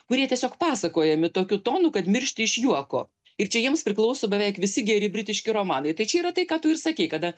kurie tiesiog pasakojami tokiu tonu kad miršti iš juoko ir čia jiems priklauso beveik visi geri britiški romanai tai čia yra tai ką tu ir sakei kada